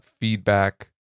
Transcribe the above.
feedback